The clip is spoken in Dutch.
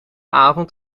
avond